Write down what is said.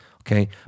okay